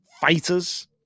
fighters